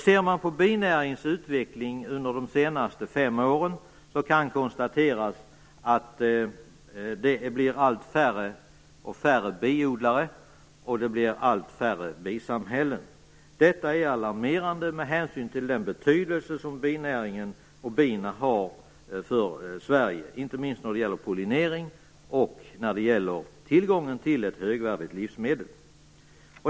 Ser man på binäringens utveckling under de senaste fem åren kan man konstatera att det blir färre och färre biodlare och allt färre bisamhällen. Det är alarmerande med hänsyn till den betydelse som binäringen och bina har för Sverige, inte minst när det gäller pollinering och tillgången till ett högvärdigt livsmedel.